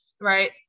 right